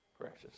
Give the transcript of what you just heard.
Precious